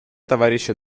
товарища